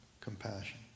compassion